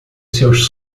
seus